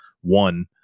One